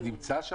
הוא נמצא שם.